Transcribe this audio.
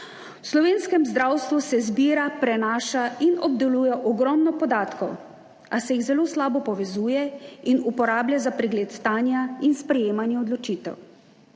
slovenskem zdravstvu se zbira, prenaša in obdeluje ogromno podatkov, a se jih zelo slabo povezuje in uporablja za pregled stanja in sprejemanje odločitev.